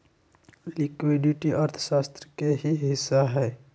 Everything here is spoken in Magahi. लिक्विडिटी अर्थशास्त्र के ही हिस्सा हई